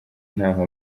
ntaho